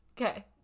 Okay